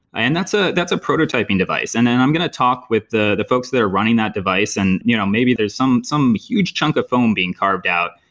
and that's ah that's a prototyping device, and then i'm going to talk with the the folks that are running that device and you know maybe there's some some huge chunk of foam being carved out,